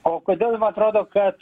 o kodėl jum atrodo kad